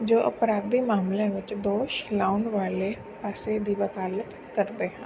ਜੋ ਅਪਰਾਧੀ ਮਾਮਲਿਆਂ ਵਿਚ ਦੋਸ਼ ਲਾਉਣ ਵਾਲੇ ਪਾਸੇ ਦੀ ਵਕਾਲਤ ਕਰਦੇ ਹਨ